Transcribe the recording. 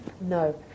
No